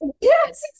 Yes